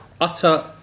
Utter